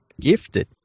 Gifted